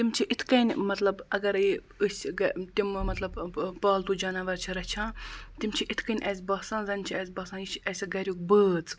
تِم چھِ یِتھ کٔنۍ مطلب اگرَے أسۍ گہ تِمہٕ مطلب پالتوٗ جاناوَر چھِ رچھان تِم چھِ یِتھ کٔنۍ اسہِ باسان زن چھ اسہِ باسان یہِ چھِ اسہِ گَریُک بٲژ